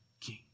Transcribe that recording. king